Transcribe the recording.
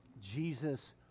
Jesus